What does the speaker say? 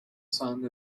son